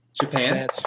Japan